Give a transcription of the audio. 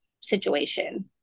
situation